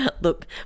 Look